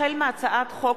החל מהצעת חוק